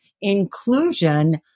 Inclusion